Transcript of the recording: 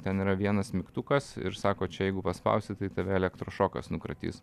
ten yra vienas mygtukas ir sako čia jeigu paspausi tai tave elektros šokas nukratys